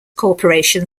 corporation